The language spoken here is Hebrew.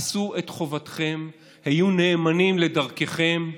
עשו את חובתכם, היו נאמנים לדרככם,